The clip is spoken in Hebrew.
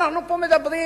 אנחנו פה מדברים,